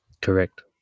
Correct